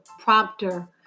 prompter